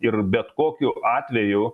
ir bet kokiu atveju